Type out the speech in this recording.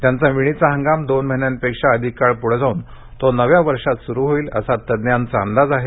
त्यांचा विणीचा हंगाम दोन महिन्यांपेक्षा अधिक काळ पुढे जाऊन तो नव्या वर्षात सुरू होईल असा तज्जांचा अंदाज आहे